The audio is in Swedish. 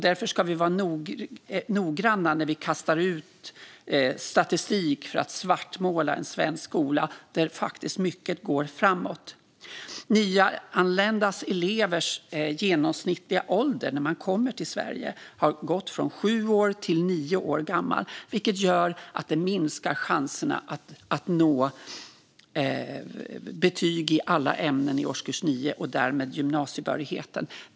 Därför ska vi vara noggranna när vi kastar fram statistik som svartmålar svensk skola, där mycket faktiskt går framåt. Nyanlända elevers genomsnittliga ålder när de har kommit till Sverige har gått från sju år till nio år gammal. Det minskar chanserna att nå betyg i alla ämnen i årskurs 9 och därmed gymnasiebehörigheten.